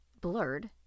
blurred